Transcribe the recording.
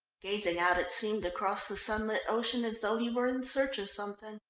gazing out it seemed across the sunlit ocean as though he were in search of something.